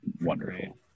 wonderful